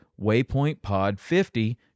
WaypointPod50